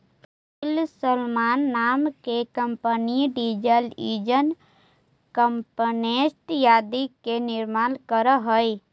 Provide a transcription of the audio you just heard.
field marshal नाम के company diesel engine, pumpset आदि के निर्माण करऽ हई